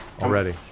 already